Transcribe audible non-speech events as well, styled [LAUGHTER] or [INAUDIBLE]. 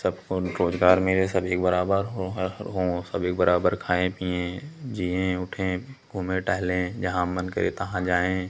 सब को रोज़गार मिले सभी को बराबर हो [UNINTELLIGIBLE] हर हों सभी बराबर खाएं पिएं जिएं उठें घूमें टहलें जहाँ मन करे तहाँ जाएं